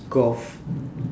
golf